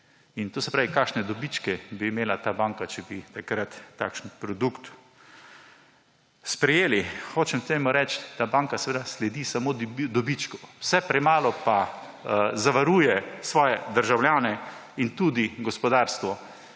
To se pravi, kakšne dobičke bi imela ta banka, če bi takrat takšen produkt sprejeli. Hočem reči, da banka seveda sledi samo dobičku, vse premalo pa zavaruje svoje državljane in tudi gospodarstvo